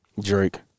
Drake